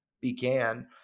began